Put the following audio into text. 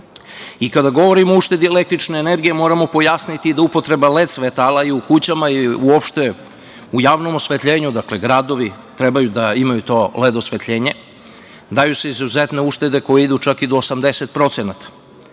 govorimo o uštedi električne energije, moramo pojasniti da upotreba led svetala u kućama i uopšte u javnom osvetljenju, dakle, gradovi trebaju da imaju to led osvetljenje, daju izuzetne uštede koje idu čak i do 80%.